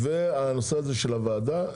והנושא הזה של הוועדה.